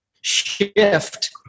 shift